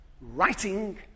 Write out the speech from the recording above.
writing